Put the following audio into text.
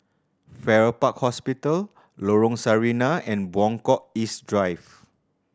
Farrer Park Hospital Lorong Sarina and Buangkok East Drive